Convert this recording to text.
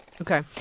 Okay